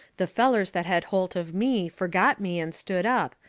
the fellers that had holt of me forgot me and stood up,